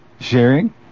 sharing